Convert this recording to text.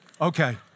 Okay